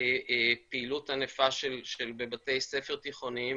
פעילות ענפה בבתי ספר תיכוניים